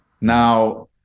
now